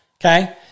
okay